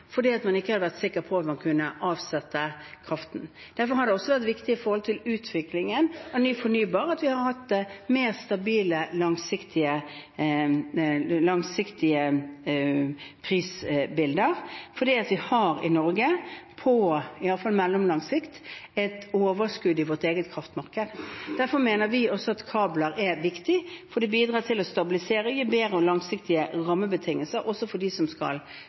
man ikke hadde vært sikker på om man kunne avsette kraften. Derfor har det også vært viktig for utviklingen av ny fornybar kraft at vi har hatt mer stabile, langsiktige prisbilder, for i Norge har vi, i hvert fall på mellomlang sikt, et overskudd i vårt eget kraftmarked. Derfor mener vi også at kabler er viktig, for det bidrar til å stabilisere og gi bedre og langsiktige rammebetingelser, også for dem som skal